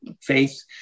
faith